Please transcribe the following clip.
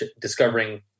discovering